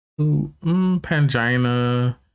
Pangina